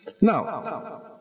Now